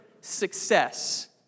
Success